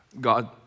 God